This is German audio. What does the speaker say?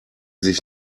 sich